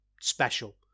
special